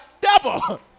double